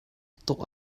tuk